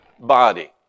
body